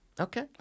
okay